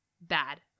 bad